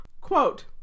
Quote